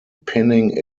pinning